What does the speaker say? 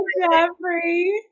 Jeffrey